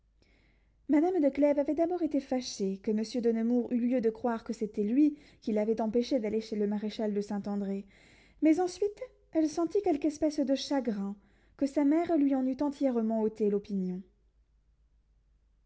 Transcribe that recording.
madame de clèves avait d'abord été fâchée que monsieur de nemours eût eu lieu de croire que c'était lui qui l'avait empêchée d'aller chez le maréchal de saint-andré mais ensuite elle sentit quelque espèce de chagrin que sa mère lui en eût entièrement ôté l'opinion